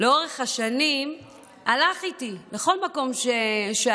הלך איתי לאורך השנים לכל מקום שהלכתי,